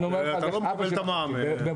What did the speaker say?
כל